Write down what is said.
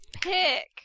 pick